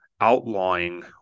outlawing